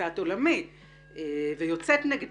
בתפיסת עולמי ויוצאת נגדה.